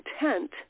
intent